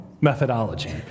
methodology